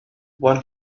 one